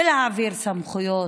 להעביר סמכויות.